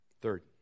Third